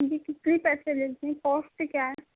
جی کتنے پیسے لیتے ہیں کوسٹ کیا ہے